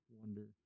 wonder